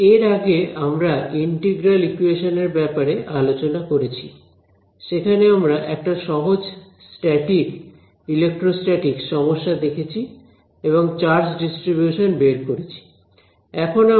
এর আগে আমরা ইন্টিগ্রাল ইকুয়েশন এর ব্যাপারে আলোচনা করেছি সেখানে আমরা একটা সহজ স্ট্যাটিক ইলেকট্রোস্ট্যাটিকস সমস্যা দেখেছি এবং চার্জ ডিস্ট্রিবিউশন বের করেছি